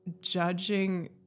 judging